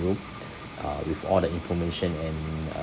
room uh with all the information and uh